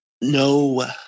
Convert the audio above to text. no